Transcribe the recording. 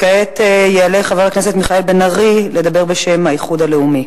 כעת יעלה חבר הכנסת מיכאל בן-ארי לדבר בשם האיחוד הלאומי.